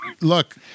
look